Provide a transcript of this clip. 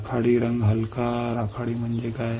राखाडी रंग हलका राखाडी म्हणजे काय